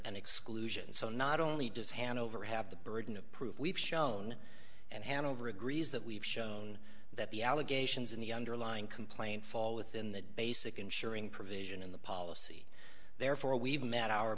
an exclusion so not only does hanover have the burden of proof we've shown and hanover agrees that we've shown that the allegations in the underlying complaint fall within that basic insuring provision in the policy therefore we've met our